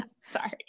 Sorry